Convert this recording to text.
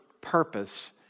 purpose